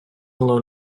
alone